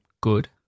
good